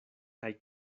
kaj